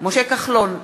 משה כחלון,